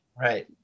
Right